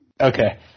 Okay